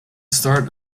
start